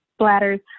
splatters